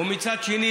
והשני,